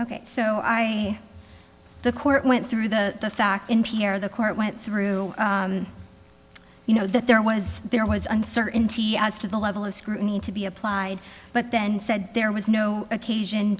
ok so i the court went through the fact n p r the court went through you know that there was there was uncertainty as to the level of scrutiny to be applied but then said there was no occasion